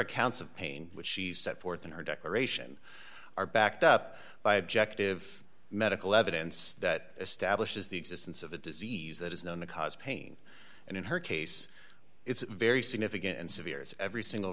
accounts of pain which she set forth in her declaration are backed up by objective medical evidence that establishes the existence of a disease that is known to cause pain and in her case it's very significant